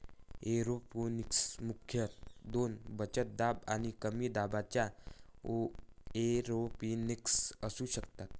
aeroponics मुख्यतः दोन उच्च दाब आणि कमी दाबाच्या एरोपोनिक्स असू शकतात